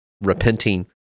repenting